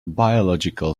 biological